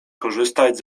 korzystać